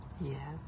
Yes